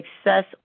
success